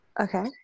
Okay